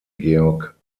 georg